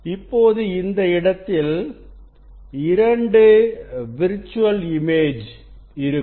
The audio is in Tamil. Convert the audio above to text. இப்போது இந்த இடத்தில் 2 விர்ச்சுவல் இமேஜ்இருக்கும்